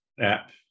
app